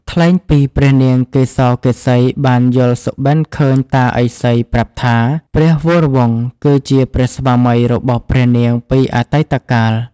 ថ្លែងពីព្រះនាងកេសកេសីបានយល់សុបិន្តឃើញតាឥសីប្រាប់ថា ព្រះវរវង្សគឺជាព្រះស្វាមីរបស់ព្រះនាងពីអតីតកាល។